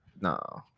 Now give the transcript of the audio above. No